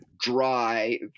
dry